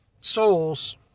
souls